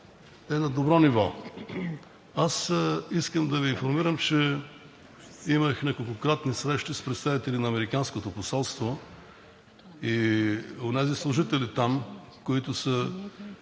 е на добро ниво. Искам да Ви информирам, че имах неколкократни срещи с представители на американското посолство и онези служители там, които са